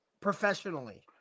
professionally